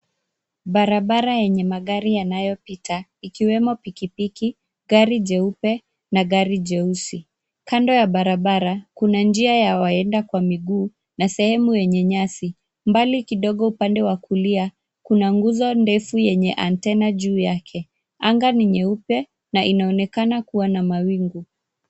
Barabara yenye magari yanayopita ikiwemo pikipiki, gari jeupe na gari jeusi. Kando ya barabara kuna njia ya waenda kwa miguu na sehemu yenye nyasi. Mbali kidogo upande wa kulia kuna nguzo ndefu yenye antena juu yake. Anga ni nyeupe na inaonekana kuwa na mawingu.